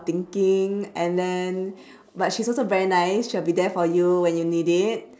thinking and then but she's also very nice she'll be there for you when you need it